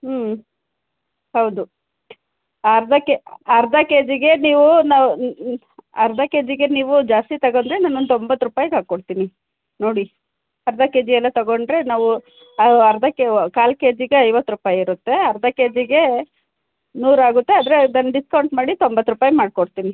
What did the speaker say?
ಹ್ಞೂ ಹೌದು ಅರ್ಧ ಕೆ ಅರ್ಧ ಕೆ ಜಿಗೆ ನೀವು ನಾವು ಅರ್ಧ ಕೆ ಜಿಗೆ ನೀವು ಜಾಸ್ತಿ ತಗೊಂಡ್ರೆ ನಾನು ಒಂದು ತೊಂಬತ್ತು ರುಪಾಯಿಗೆ ಹಾಕಿ ಕೊಡ್ತೀನಿ ನೋಡಿ ಅರ್ಧ ಕೆಜಿ ಎಲ್ಲ ತಗೊಂಡರೆ ನಾವು ಅರ್ಧ ಕೆವು ಕಾಲು ಕೆ ಜಿಗೆ ಐವತ್ತು ರುಪಾಯಿ ಇರುತ್ತೆ ಅರ್ಧ ಕೆ ಜಿಗೇ ನೂರು ಆಗುತ್ತೆ ಆದರೆ ಅದನ್ನು ಡಿಸ್ಕೌಂಟ್ ಮಾಡಿ ತೊಂಬತ್ತು ರುಪಾಯಿ ಮಾಡ್ಕೊಡ್ತೀನಿ